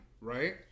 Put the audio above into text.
right